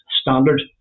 standard